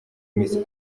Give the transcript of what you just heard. miss